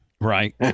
Right